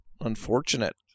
unfortunate